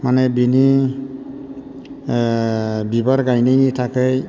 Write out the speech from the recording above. माने बिनि बिबार गायनायनि थाखै